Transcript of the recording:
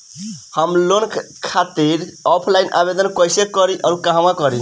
हम लोन खातिर ऑफलाइन आवेदन कइसे करि अउर कहवा करी?